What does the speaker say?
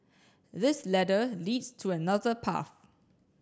this ladder leads to another path